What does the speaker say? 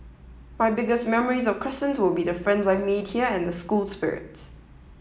my biggest memories of Crescent will be the friends I've made here and the school spirit